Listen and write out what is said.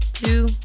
two